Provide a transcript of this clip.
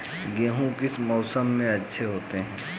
गेहूँ किस मौसम में अच्छे होते हैं?